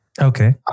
Okay